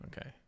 okay